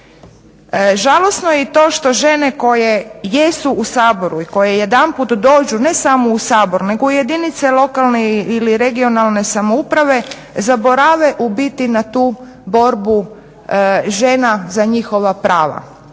Žalosno je i to što žene koje jesu u Saboru i koje jedanput dođu ne samo u Sabor nego u jedinica lokalne ili regionalne samouprave, zaborave u biti na tu borbu žena za njihova prava